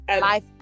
life